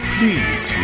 Please